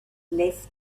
left